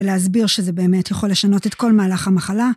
להסביר שזה באמת יכול לשנות את כל מהלך המחלה.